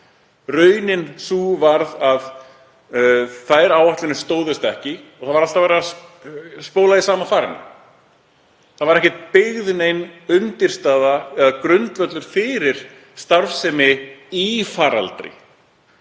Raunin varð sú að þær áætlanir stóðust ekki og það var alltaf verið að spóla í sama farinu. Það var ekki byggð nein undirstaða eða grundvöllur undir starfsemi í faraldri,